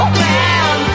man